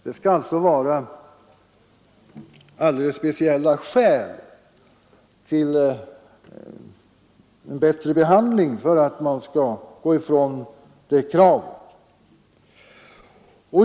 För att man skall gå ifrån detta krav skall det alltså vara alldeles speciella skäl — gälla en bättre behandling.